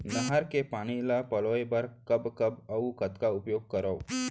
नहर के पानी ल पलोय बर कब कब अऊ कतका उपयोग करंव?